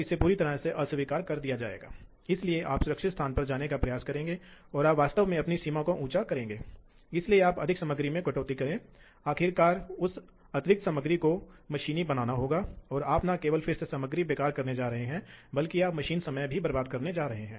इसी प्रकार tool offset कार्य करता है इसलिए आप जानते हैं कि वास्तव में क्या होता है सटीक आयामी सटीकता के लिए क्योंकि उपकरण में एक परिमित है आप त्रिज्या को जानते हैं वास्तव में एक परिमित त्रिज्या है